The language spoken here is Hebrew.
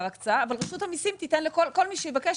הקצאה אבל רשות המיסים תיתן וכל מי שיבקש,